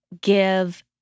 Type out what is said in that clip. give